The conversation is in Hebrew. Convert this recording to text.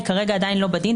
היא כרגע עדיין לא בדין.